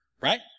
right